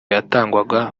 yatangwaga